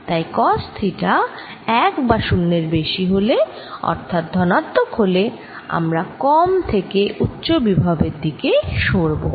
তাই cos theta 1 বা শুন্যের বেশি হলে অর্থাৎ ধনাত্মক হলে আমরা কম থেকে উচ্চ বিভবের দিকে সরবো